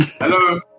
Hello